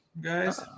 guys